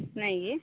ନାଇଁ କି